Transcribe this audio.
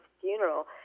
funeral